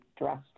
dressed